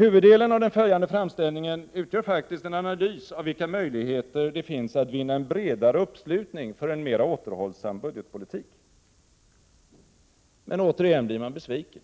Huvuddelen av den följande framställningen utgör faktiskt en analys av vilka möjligheter det finns att vinna en bredare uppslutning för en mer återhållsam budgetpolitik. Men återigen blir man besviken.